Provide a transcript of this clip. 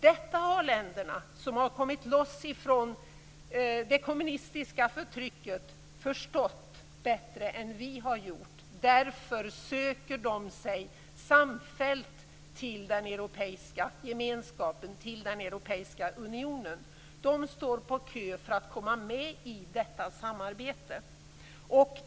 Detta har länderna som har kommit loss från det kommunistiska förtrycket förstått bättre än vad vi har gjort. Därför söker de sig samfällt till den europeiska gemenskapen, till den europeiska unionen. De står på kö för att komma med i detta samarbete.